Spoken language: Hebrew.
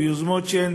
או יוזמות שהן